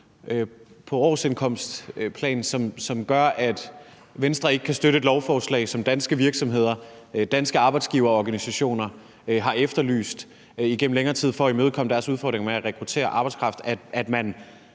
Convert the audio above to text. på årsindkomstplan, som gør, at Venstre ikke kan støtte et lovforslag, som danske virksomheder og danske arbejdsgiverorganisationer har efterlyst igennem længere tid for at imødekomme deres udfordringer med at rekruttere arbejdskraft?